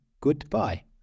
goodbye